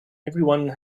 everyone